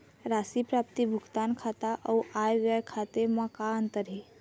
राशि प्राप्ति भुगतान खाता अऊ आय व्यय खाते म का अंतर हे?